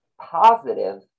positive